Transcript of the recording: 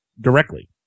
directly